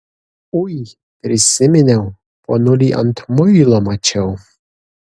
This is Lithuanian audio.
ui prisiminiau ponulį ant muilo mačiau